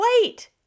wait